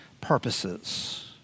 purposes